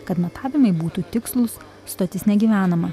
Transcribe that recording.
kad matavimai būtų tikslūs stotis negyvenama